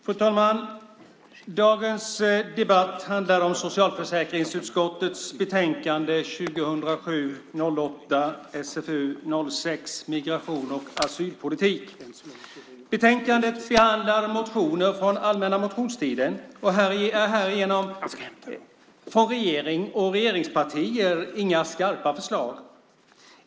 Fru talman! Dagens debatt handlar om socialförsäkringsutskottets betänkande 2007/08:SfU6 Migration och asylpolitik . Betänkandet behandlar motioner från allmänna motionstiden. Härigenom är det, från regering och regeringspartier, inga skarpa förslag.